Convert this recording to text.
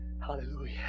Hallelujah